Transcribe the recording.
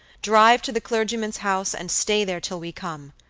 drive to the clergyman's house, and stay there till we come.